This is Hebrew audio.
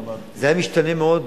זה היה משתנה מאוד,